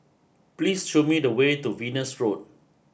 please show me the way to Venus Road